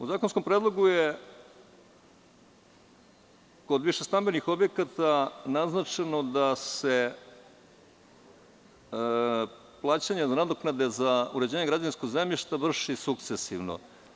U zakonskom predlogu je kod više stambenih objekata naznačeno da se plaćanje nadoknade za uređenje građevinskog zemljišta vrši sukcesivno.